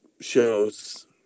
shows